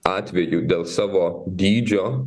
atvejų dėl savo dydžio